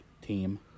Team